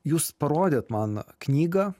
jūs parodėt man knygą